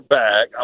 back